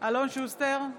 אלון שוסטר,